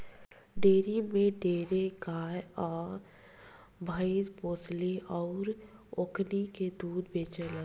dairy में ढेरे गाय आ भइस पोसाली अउर ओकनी के दूध बेचाला